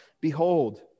Behold